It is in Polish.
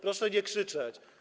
Proszę nie krzyczeć.